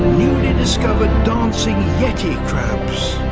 newly-discovered dancing yeti crabs